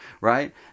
Right